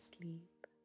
sleep